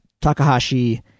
Takahashi